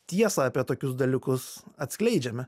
tiesą apie tokius dalykus atskleidžiame